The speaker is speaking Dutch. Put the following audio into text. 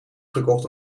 gekocht